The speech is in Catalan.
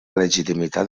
legitimitat